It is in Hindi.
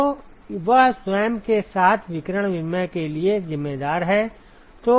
तो वह स्वयं के साथ विकिरण विनिमय के लिए जिम्मेदार है